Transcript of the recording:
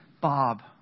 Bob